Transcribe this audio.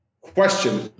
question